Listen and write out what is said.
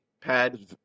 pad